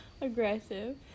aggressive